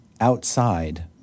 outside